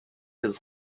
his